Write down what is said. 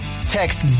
text